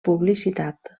publicitat